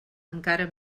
encara